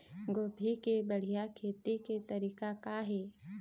गोभी के बढ़िया खेती के तरीका का हे?